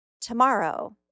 Tomorrow